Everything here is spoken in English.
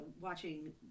watching